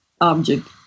object